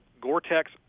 Gore-Tex